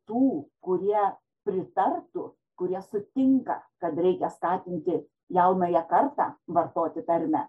tų kurie pritartų kurie sutinka kad reikia skatinti jaunąją kartą vartoti termę